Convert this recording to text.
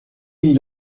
mis